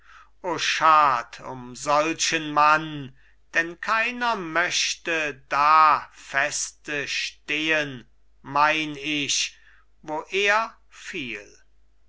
o schad um solchen mann denn keiner möchte da festestehen mein ich wo er fiel